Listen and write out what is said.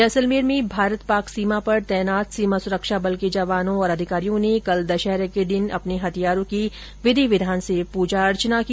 जैसलमेर में भारत पाक सीमा पर तैनात सीमा सुरक्षा बल के जवानों और अधिकारियों ने कल दशहरे के दिन अपने हथियारों की विधि विधान से पूजा की